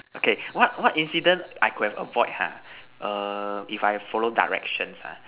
okay what what incident I could have avoid ha err if I follow directions ah